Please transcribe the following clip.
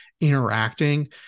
interacting